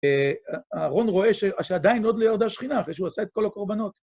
אהרון רואה שעדיין עוד לא ירדה שכינה, אחרי שהוא עשה את כל הקורבנות.